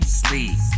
sleep